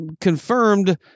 confirmed